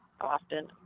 often